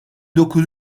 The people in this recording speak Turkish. dokuz